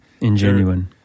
ingenuine